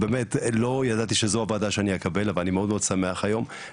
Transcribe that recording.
לא ידעתי שזאת הוועדה שאקבל ואני מאוד שמח היום על כך.